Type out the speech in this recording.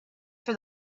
for